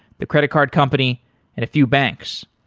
the credit card company and a few banks.